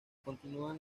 continuaban